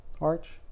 arch